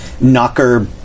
knocker